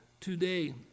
today